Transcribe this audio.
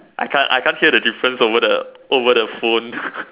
I can't I can't hear the difference over the over the phone